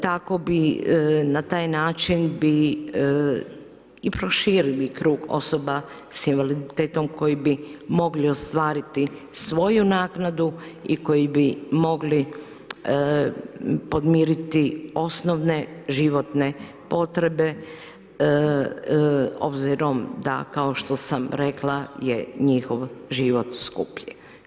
Tako bi, na taj način bi i proširili krug osoba s invaliditetom koji bi mogli ostvariti svoju naknadu i koji bi mogli podmiriti osnovne životne potrebe obzirom da, kao što sam rekla, je njihov život skuplji.